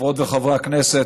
חברות וחברי הכנסת,